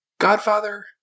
Godfather